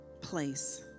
place